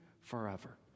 forever